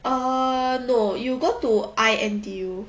err no you go to I_N_T_U